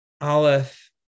Aleph